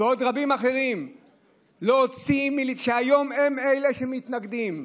ועוד רבים אחרים, שהיום הם אלה שמתנגדים.